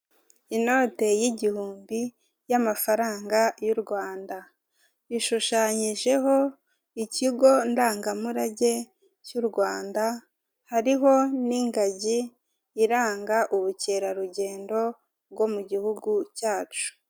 Inote y'igihumbi y'amafaranga y'urwanda ishushanyijeho ikigo ndangamurage cy'urwanda hariho n'ingagi iranga ubukerarugendo bwo mugihugu cyacu.